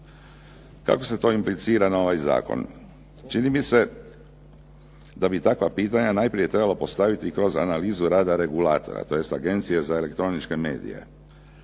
Kako se to implicira na ovaj zakon? Čini mi se da bi takva pitanja najprije trebalo postaviti kroz analizu rada regulatora, tj. Agencije za elektroničke medije.